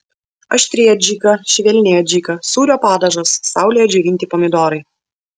aštri adžika švelni adžika sūrio padažas saulėje džiovinti pomidorai